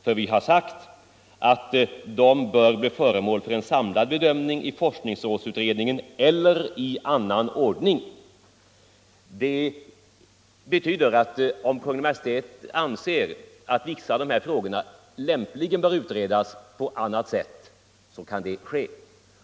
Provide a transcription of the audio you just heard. Vi har bara sagt att frågorna bör bli föremål för en samlad bedömning i forskningsrådsutredningen eller i annan ordning. Det betyder att om Kungl. Maj:t anser att vissa av dessa frågor lämpligen bör utredas på annat sätt, kan det ske.